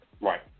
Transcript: Right